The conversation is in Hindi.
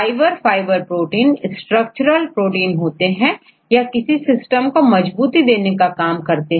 fibre fibre protein structural protein होते हैं यह किसी सिस्टम को मजबूती देने का काम करते हैं